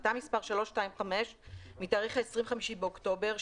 החלטה מס' 325 מתאריך 25 באוקטובר,